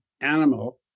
animal